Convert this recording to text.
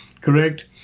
correct